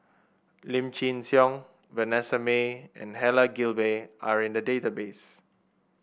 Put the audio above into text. Lim Chin Siong Vanessa Mae and Helen Gilbey are in the database